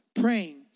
praying